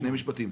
שני משפטים.